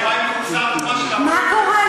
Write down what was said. מה קורה?